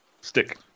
Stick